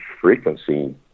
frequency